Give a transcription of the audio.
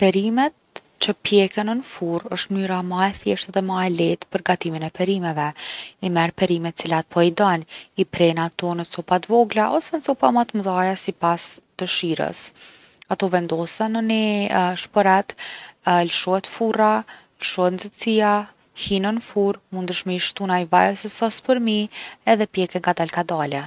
Perimet që pjeken n’furrë osht mnyra ma e thjeshtë edhe ma e lehtë për gatimin e perimeve. I merr perimet cilat po i don, i pren ato në copa t’vogla ose copa ma t’mdhaja sipas dëshirës. Ato vendosen në ni shporet, lshohet furra, lshohet nxehtsia, hijn n’furrë, duhesh me i shtu naj vaj ose sos përmi edhe pjeken kadal kadale.